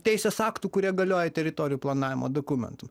teisės aktų kurie galioja teritorijų planavimo dokumentų